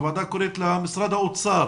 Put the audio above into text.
הוועדה קוראת למשרד האוצר